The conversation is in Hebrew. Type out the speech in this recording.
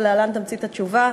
ולהלן תמצית התשובה.